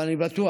אבל אני בטוח